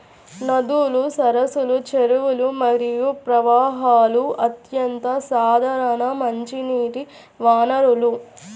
నదులు, సరస్సులు, చెరువులు మరియు ప్రవాహాలు అత్యంత సాధారణ మంచినీటి వనరులు